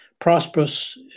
prosperous